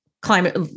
climate